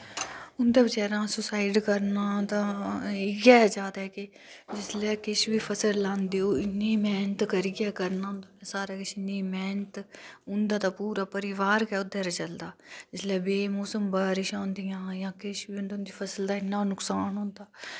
उन्दा बचैरें दा सुसाईड़ करना ता इयै जादै कि जिसलै किश बी फसल लांदे ओह् इन्नी मैह्नत करियै करना होंदा उनै सारा किश इन्नी मैह्नत उन्दा दा पूरा परिवर गै ओह्दे'र चलदा जिसलै बे मौसम बारिशां औंदियां जां किश बी होंदा ता उं'दी फसल दा इन्ना नुकसान होंदा